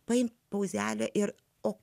paimk pauzelę ir o